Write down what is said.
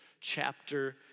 chapter